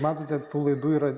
matote tų laidų yra